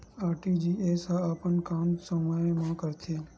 RTGS ह अपन काम समय मा करथे?